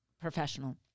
professional